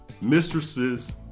mistresses